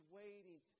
waiting